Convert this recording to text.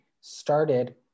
started